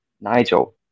Nigel